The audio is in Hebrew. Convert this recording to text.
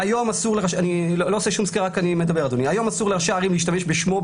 היום אסור לראשי ערים להשתמש בשמו,